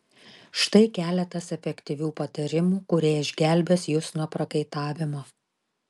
štai keletas efektyvių patarimų kurie išgelbės jus nuo prakaitavimo